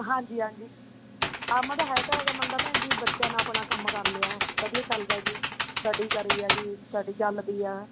ਹਾਂਜੀ ਹਾਂਜੀ ਕੰਮ ਤਾਂ ਹੈ ਤਾਂ ਹੈਗਾ ਬੰਦਾ ਭੈਣ ਜੀ ਬੱਚਿਆਂ ਨੇ ਆਪਣਾ ਕੰਮ ਕਰ ਲਿਆ ਵਧੀਆ ਚੱਲਦਾ ਜੀ ਸਟੱਡੀ ਕਰੀ ਹੈ ਜੀ ਸਟੱਡੀ ਚੱਲਦੀ ਆ